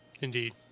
indeed